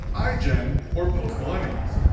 igen, or post-millennials.